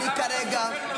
אני יודע.